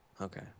Okay